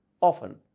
often